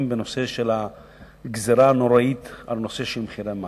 בנושא הגזירה הנוראית של מחירי המים.